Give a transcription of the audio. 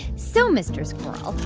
so mr. squirrel,